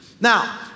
Now